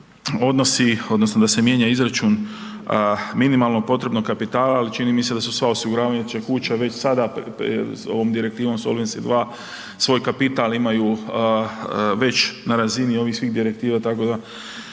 odnosno da se mijenja izračun minimalnog potrebnog kapitala, ali čini mi se da sva osiguravajuća kuća već sada ovog direktivom Solvency II, svoj kapital imaju već na razini ovih svih direktiva, tako da,